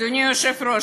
אדוני היושב-ראש,